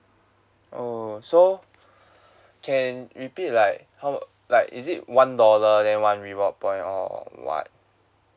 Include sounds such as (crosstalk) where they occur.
oo so (breath) can repeat like how like is it one dollar then one reward point or what